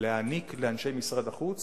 שלאנשי משרד החוץ